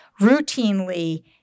routinely